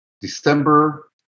December